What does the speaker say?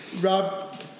Rob